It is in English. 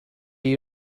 you